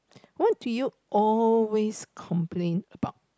what do you always complain about